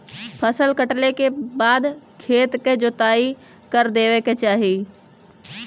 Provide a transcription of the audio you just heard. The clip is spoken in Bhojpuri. फसल कटले के बाद खेत क जोताई कर देवे के चाही